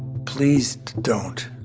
please don't.